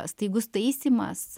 staigus taisymas